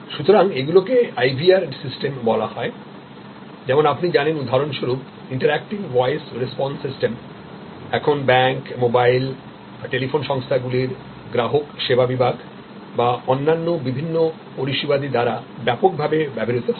সুতরাং এগুলিকে IVR system বলা হয় যেমন আপনি জানেন উদাহরণস্বরূপ ইন্টারেক্টিভ ভয়েস রেসপন্স সিস্টেম এখন ব্যাঙ্ক মোবাইল টেলিফোন সংস্থাগুলির গ্রাহক সেবাবিভাগ বা অন্যান্য বিভিন্ন পরিষেবাদি দ্বারা ব্যাপকভাবে ব্যবহৃত হয়